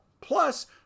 Plus